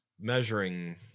measuring